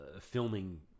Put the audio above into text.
filming